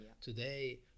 Today